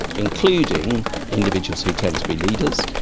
including individuals who tend to be leaders.